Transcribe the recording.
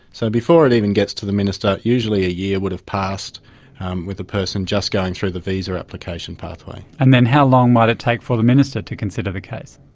so before it even gets to the minister, usually a year would have passed with the person just going through the visa application pathway. and then how long might it take for the minister to consider the case?